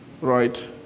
Right